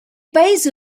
paese